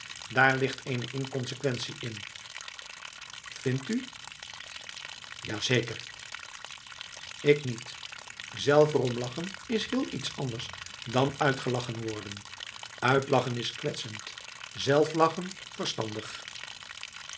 daar ligt eene inconsequentie in vindt u ja zeker ik niet zelf er om lachen is heel iets anders dan uitgelachen worden uitlachen is kwetsend zelf lachen verstandig